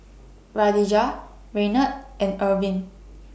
Kadijah Renard and Ervin